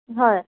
হয়